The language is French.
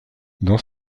dans